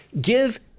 give